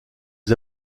des